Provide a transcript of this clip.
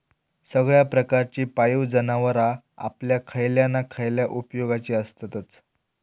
सगळ्या प्रकारची पाळीव जनावरां आपल्या खयल्या ना खयल्या उपेगाची आसततच